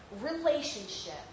relationship